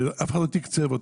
שאף אחד לא תקצב אותן.